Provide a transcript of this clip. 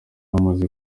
bamaze